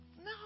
No